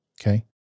okay